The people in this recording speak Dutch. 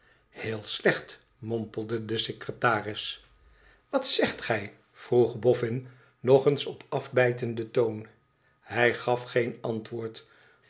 heel slecht mompelde de secretaris wat zegt gij vroeg boffin nog eens op afbijtenden toon hij gaf geen antwoord